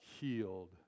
healed